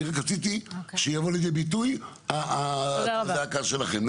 אני רציתי שתבוא לידי ביטוי הזעקה שלכם.